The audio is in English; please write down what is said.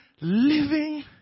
living